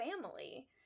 family